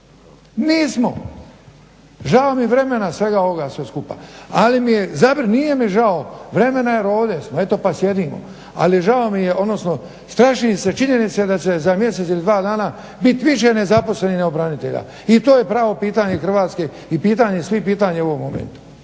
nismo. Žao mi vremena i svega ovoga sve skupa. Ali nije mi žao vremena jer ovdje smo eto pa sjedimo, ali žao mi je, odnosno strašim se činjenice da će za mjesec ili dva dana biti više nezaposlenih nego branitelja. I to je pravo pitanje Hrvatske i pitanje svih pitanja u ovom momentu.